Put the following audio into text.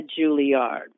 Juilliard